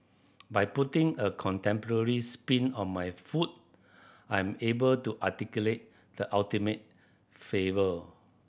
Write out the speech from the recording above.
by putting a contemporary spin on my food I'm able to articulate the ultimate flavour